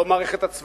לא המערכת הצבאית,